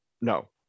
no